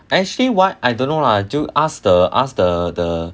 actually what I don't know lah 就 ask the ask the the